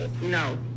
no